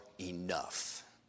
enough